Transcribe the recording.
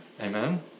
Amen